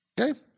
Okay